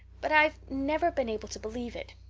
but i've never been able to believe it.